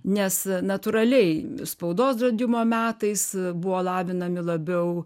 nes natūraliai spaudos draudimo metais buvo lavinami labiau